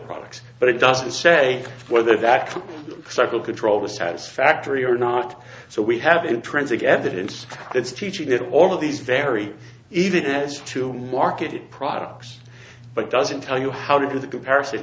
products but it doesn't say whether that stuff will control the satisfactory or not so we have intrinsic evidence that's teaching that all of these very even is to lark it products but doesn't tell you how to do the comparison